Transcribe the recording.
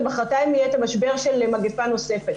ומחרתיים יהיה את המשבר של מגפה נוספת.